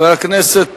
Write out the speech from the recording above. חבר הכנסת